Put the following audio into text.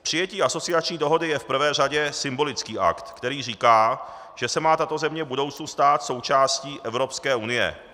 Přijetí asociační dohody je v prvé řadě symbolický akt, který říká, že se má tato země v budoucnu stát součástí Evropské unie.